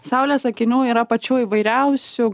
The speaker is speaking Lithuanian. saulės akinių yra pačių įvairiausių